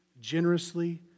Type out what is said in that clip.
generously